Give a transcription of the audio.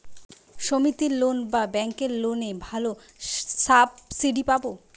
সমিতির লোন না ব্যাঙ্কের লোনে ভালো সাবসিডি পাব?